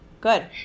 Good